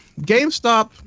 GameStop